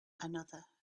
another